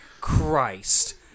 Christ